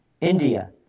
India